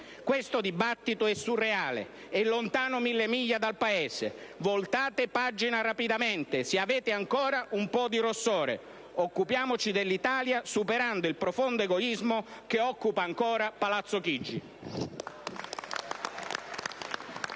Questo dibattito è surreale, è lontano mille miglia dal Paese! Voltate pagina rapidamente se avete ancora un po' di rossore; occupiamoci dell'Italia, superando il profondo egoismo che occupa ancora Palazzo Chigi.